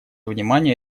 внимания